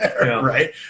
right